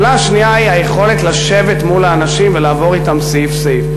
השאלה השנייה היא היכולת לשבת מול האנשים ולעבור אתם סעיף-סעיף.